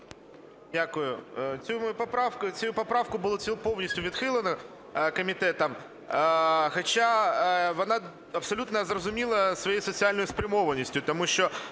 Дякую. Цю мою поправку було повністю відхилено комітетом, хоча вона абсолютно зрозуміла своєю соціальною спрямованістю.